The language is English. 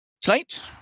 Tonight